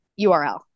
URL